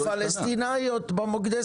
אבל הוא לא סופר תאונות פלסטינאיות במוקדי סיכון,